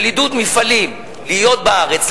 של עידוד מפעלים להיות בארץ,